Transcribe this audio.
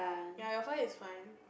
ya your forehead is fine